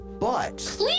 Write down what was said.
but-